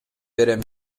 берем